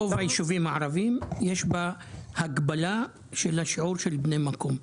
ברוב היישובים הערביים יש הגבלה של שיעור של בני המקום.